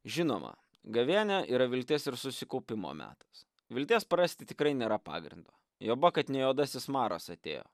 žinoma gavėnia yra vilties ir susikaupimo metas vilties prarasti tikrai nėra pagrindo juoba kad ne juodasis maras atėjo